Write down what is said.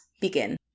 begin